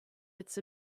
its